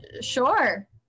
Sure